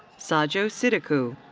sadjo sidikou.